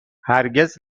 هرگز